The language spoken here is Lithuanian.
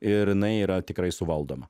ir jinai yra tikrai suvaldoma